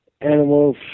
animals